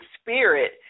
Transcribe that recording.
spirit